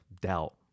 doubt